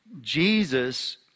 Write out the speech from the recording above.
Jesus